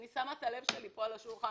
אני שמה את הלב שלי פה על השולחן.